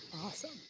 Awesome